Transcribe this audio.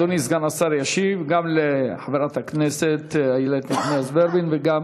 אדוני סגן השר ישיב גם לחברת הכנסת איילת נחמיאס ורבין וגם